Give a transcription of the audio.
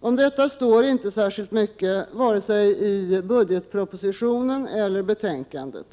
Om detta står inte särskilt mycket vare sig i propositionen eller i betänkandet.